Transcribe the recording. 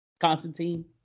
Constantine